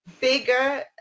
bigger